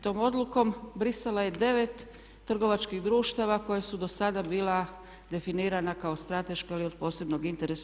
Tom odlukom brisala je 9 trgovačkih društava koje su do sada bila definirana kao strateško ili od posebnog interesa.